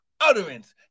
utterance